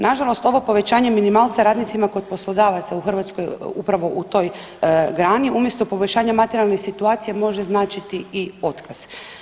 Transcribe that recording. Nažalost ovo povećanje minimalca radnicima kod poslodavaca u Hrvatskoj upravo u toj grani umjesto poboljšanja materijalne situacije može značiti i otkaz.